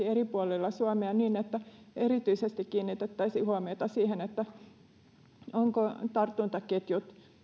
eri puolilla suomea niin että erityisesti kiinnitettäisiin huomiota siihen ovatko tartuntaketjut